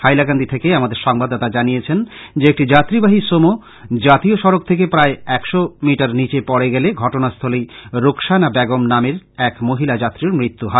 হাইলাকান্দি থেকে আমাদের সংবাদদাতা জানিয়েছেন যে একটি যাত্রীবাহী সুমো জাতীয় সড়ক থেকে প্রায় একশ মিটার নীচে পড়ে গেলে ঘটনাস্থলেই রোকসানা বেগম নামের এক মহিলা যাত্রীর মৃত্যু হয়